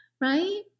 Right